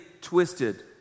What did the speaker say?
twisted